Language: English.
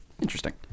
Interesting